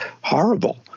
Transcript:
horrible